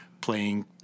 playing